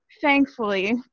thankfully